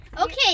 Okay